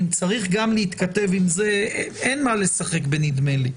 צריך גם להתכתב עם זה אין מה לשחק ב"נדמה לי".